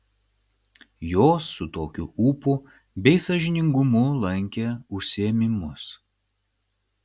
jos su tokiu ūpu bei sąžiningumu lankė užsiėmimus